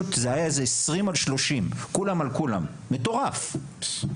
זה היה כולם על כולם, מטורף.